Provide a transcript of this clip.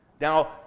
now